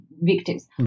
victims